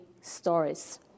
stories